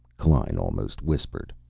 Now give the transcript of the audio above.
klein almost whispered.